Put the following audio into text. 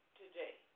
today